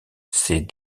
ses